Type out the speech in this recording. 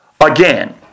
Again